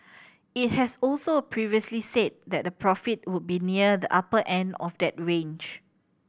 it has also previously said that profit would be near the upper end of that range